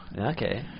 Okay